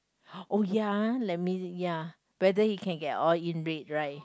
oh ya let me ya whether you can get all in rate right